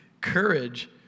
courage